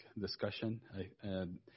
discussion